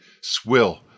swill